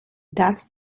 das